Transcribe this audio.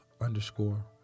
Underscore